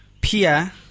Pia